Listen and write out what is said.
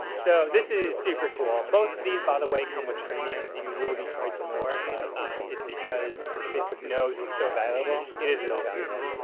so, this is super cool. both of these, by the way, come with premiums. you will be charged more, but it's because facebook knows it's so valuable, it is really valuable.